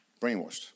brainwashed